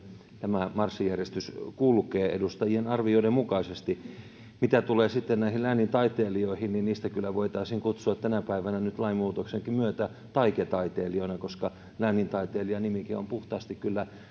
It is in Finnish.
tämä marssijärjestys kulkee edustajien arvioiden mukaisesti mitä tulee läänintaiteilijoihin niin heitä kyllä voitaisiin kutsua tänä päivänä nyt lainmuutoksenkin myötä taike taiteilijoiksi koska läänintaiteilija nimike on kyllä puhtaasti